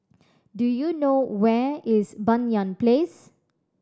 do you know where is Banyan Place